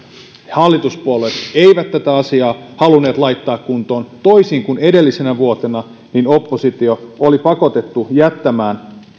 hallituspuolueet eivät tätä asiaa halunneet laittaa kuntoon toisin kuin edellisenä vuotena oppositio oli pakotettu jättämään